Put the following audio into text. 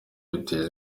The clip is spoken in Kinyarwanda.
biteza